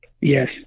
yes